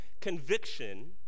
conviction